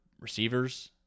receivers